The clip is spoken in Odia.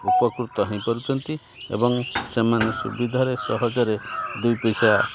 ଉପକୃତ ହେଇପାରୁଛନ୍ତି ଏବଂ ସେମାନେ ସୁବିଧାରେ ସହଜରେ ଦୁଇ ପଇସା